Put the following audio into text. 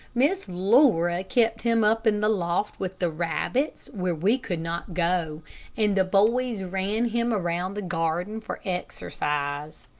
miss laura kept him up in the loft with the rabbits, where we could not go and the boys ran him around the garden for exercise.